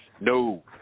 No